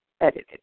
edited